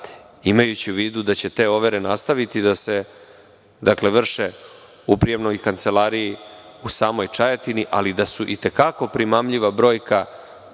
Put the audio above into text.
imajući u vidu da će te overe nastaviti da se vrše u prijemnoj kancelariji u samoj Čajetini, ali da su i te kako primamljiva brojka